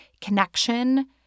connection